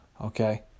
okay